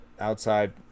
outside